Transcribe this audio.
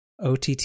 OTT